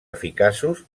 eficaços